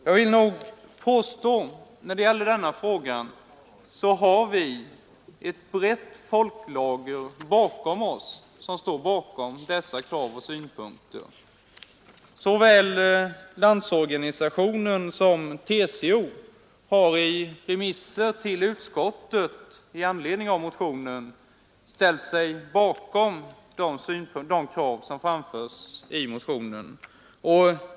Jag vill påstå att ett brett folklager står bakom våra krav och synpunkter i den här frågan. Såväl LO som TCO har i remissvar till utskottet ställt sig bakom de krav som framförs i motionen.